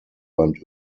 band